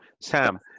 sam